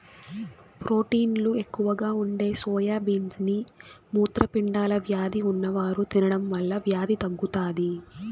ప్రోటీన్లు ఎక్కువగా ఉండే సోయా బీన్స్ ని మూత్రపిండాల వ్యాధి ఉన్నవారు తినడం వల్ల వ్యాధి తగ్గుతాది